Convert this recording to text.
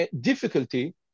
difficulty